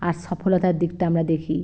আর সফলতার দিকটা আমরা দেখি